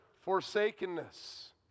forsakenness